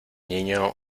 niño